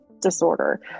disorder